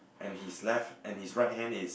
and his left and his right hand is